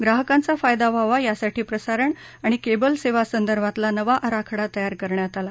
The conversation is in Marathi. ग्राहकांचा फायदा व्हावा यासाठी प्रसारण आणि केबल सेवांसदर्भातला नवा आराखडा तयार करण्यात आला